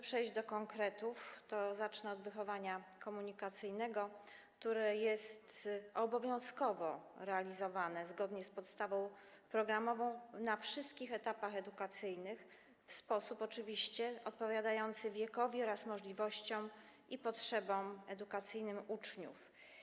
Przechodząc do konkretów, zacznę od wychowania komunikacyjnego, które jest obowiązkowo realizowane zgodnie z podstawą programową na wszystkich etapach edukacyjnych, w sposób odpowiadający oczywiście wiekowi oraz możliwościom i potrzebom edukacyjnym uczniów.